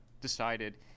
decided